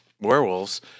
werewolves